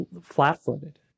flat-footed